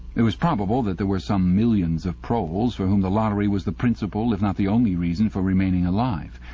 it was probable that there were some millions of proles for whom the lottery was the principal if not the only reason for remaining alive.